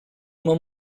uma